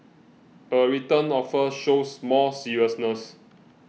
a written offer shows more seriousness